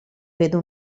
vedo